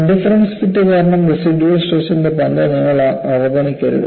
interference fit കാരണം residual സ്ട്രെസ്ൻറെ പങ്ക് നിങ്ങൾ അവഗണിക്കരുത്